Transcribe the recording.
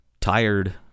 tired